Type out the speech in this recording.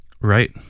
right